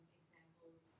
examples